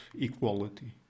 equality